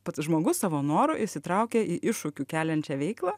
pats žmogus savo noru įsitraukia į iššūkių keliančią veiklą